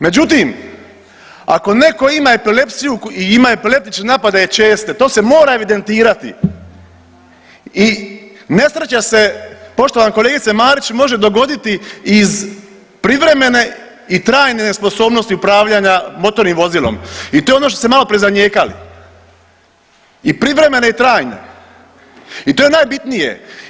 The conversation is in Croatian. Međutim, ako neko ima epilepsiju i ima epileptične napade česte to se mora evidentirati i nesreća se poštovana kolegice Marić može dogoditi iz privremene i trajne nesposobnosti upravljanja motornim vozilom i to je ono što ste maloprije zanijekali i privremene i trajne i to je najbitnije.